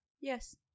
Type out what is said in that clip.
Yes